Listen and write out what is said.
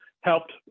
helped